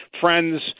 friends